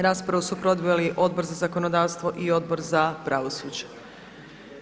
Raspravu su proveli Odbor za zakonodavstvo i Odbor za pravosuđe.